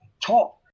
talk